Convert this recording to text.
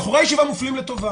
אפליה, בחורי הישיבה מופלים לטובה.